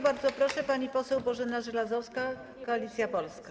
Bardzo proszę, pani poseł Bożena Żelazowska, Koalicja Polska.